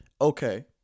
okay